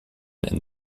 and